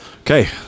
okay